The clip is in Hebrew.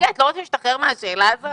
את לא רוצה להשתחרר מהשאלה הזו?